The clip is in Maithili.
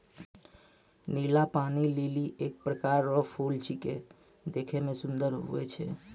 नीला पानी लीली एक प्रकार रो फूल छेकै देखै मे सुन्दर हुवै छै